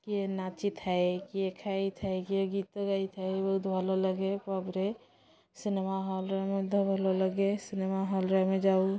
କିଏ ନାଚିଥାଏ କିଏ ଖାଇଥାଏ କିଏ ଗୀତ ଗାଇଥାଏ ବହୁତ ଭଲ ଲାଗେ ପବ୍ରେ ସିନେମା ହଲରେ ମଧ୍ୟ ଭଲ ଲାଗେ ସିନେମା ହଲରେ ଆମେ ଯାଉ